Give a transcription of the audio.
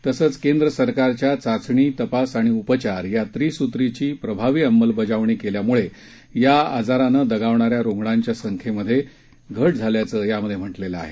तसंच केंद्र सरकारच्या चाचणी तपास आणि उपचार या त्रिसूत्रीची प्रभावी अंमलबजावणी केल्यामुळे या आजारानं दगावणा या रूग्णांच्या संख्येत झाल्याचं यात म्हटलं आहे